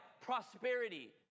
prosperity